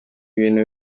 ibintu